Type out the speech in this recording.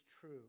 true